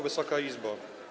Wysoka Izbo!